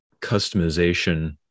customization